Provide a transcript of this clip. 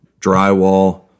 drywall